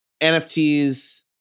NFTs